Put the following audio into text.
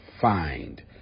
find